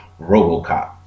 robocop